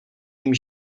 ním